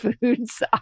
foods